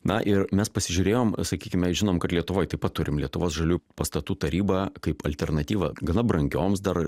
na ir mes pasižiūrėjom sakykime žinom kad lietuvoj taip pat turim lietuvos žalių pastatų tarybą kaip alternatyvą gana brangioms dar